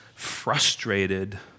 Frustrated